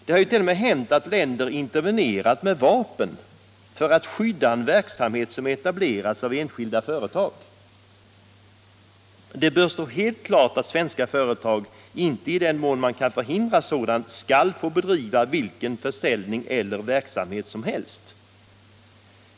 Det har t.o.m. hänt att länder intervenerat med vapen för att skydda en verksamhet som har etablerats av enskilda företag. Det bör stå helt klart att svenska företag i den mån man kan förhindra det inte skall få bedriva vilken försäljning eller verksamhet som helst.